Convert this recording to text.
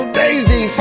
daisy